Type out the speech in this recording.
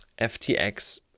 FTX